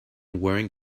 wearing